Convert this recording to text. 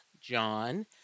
John